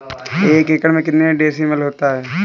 एक एकड़ में कितने डिसमिल होता है?